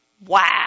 Wow